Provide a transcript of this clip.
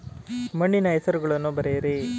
ಮಣ್ಣಿನ ಹೆಸರುಗಳನ್ನು ಬರೆಯಿರಿ